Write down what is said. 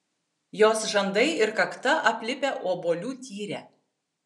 jos žandai ir kakta aplipę obuolių tyre